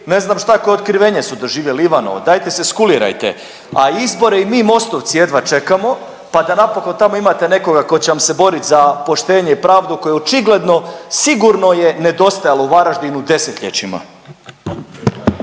ne znam šta ko otkrivenje su doživjeli Ivanovo. Dajte se skulirajte! A izbore i mi MOST-ovci jedva čekamo pa da napokon tamo imate nekoga tko će vam se boriti za poštenje i pravdu koju očigledno, sigurno je nedostajalo u Varaždinu desetljećima.